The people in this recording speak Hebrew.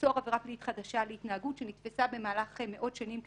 ליצור עבירה פלילית חדשה על התנהגות שנתפסה במהלך מאות שנים כנורמטיבית,